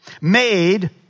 made